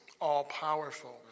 all-powerful